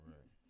Right